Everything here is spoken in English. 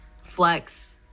flex